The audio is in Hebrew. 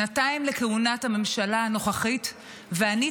שנתיים לכהונת הממשלה הנוכחית ואני